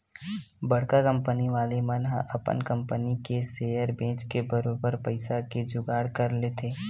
बड़का कंपनी वाले मन ह अपन कंपनी के सेयर बेंच के बरोबर पइसा के जुगाड़ कर लेथे